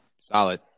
Solid